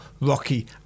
rocky